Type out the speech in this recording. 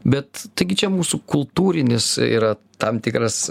bet taigi čia mūsų kultūrinis yra tam tikras